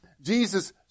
Jesus